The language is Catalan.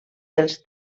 dels